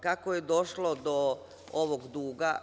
Kako je došlo do ovog duga?